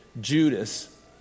Judas